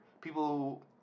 people